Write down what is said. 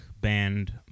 band